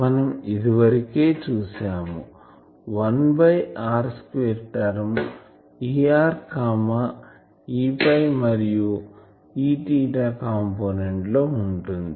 మనం ఇదివరకే చూసాము1 by r square term ErEϕ మరియు Eθ కాంపోనెంట్ లో ఉంటుంది